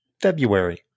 February